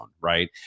right